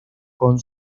con